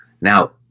Now